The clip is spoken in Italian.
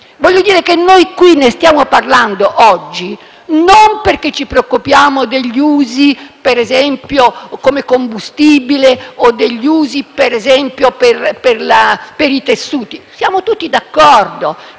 Voglio dire che noi qui ne stiamo parlando oggi non perché ci preoccupiamo degli usi, per esempio, come combustibile o per i tessuti: siamo tutti d'accordo